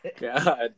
God